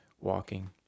walking